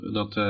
dat